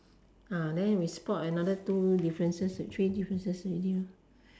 then we spot another two differences with three differences already